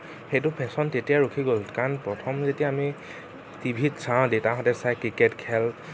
সেইটো ফেশ্বন তেতিয়াই ৰখি গ'ল কাৰণ প্ৰথম যেতিয়া আমি টিভিত চাওঁ দেউতাহঁতে চাই ক্ৰিকেট খেল